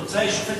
התוצאה היא שהשופט,